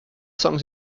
songs